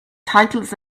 titles